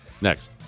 Next